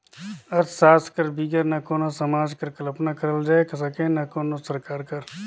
अर्थसास्त्र कर बिगर ना कोनो समाज कर कल्पना करल जाए सके ना कोनो सरकार कर